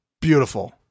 Beautiful